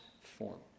form